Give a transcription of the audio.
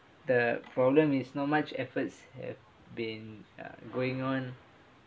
the problem is not much efforts have been uh going on